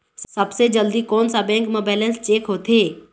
सबसे जल्दी कोन सा बैंक म बैलेंस चेक होथे?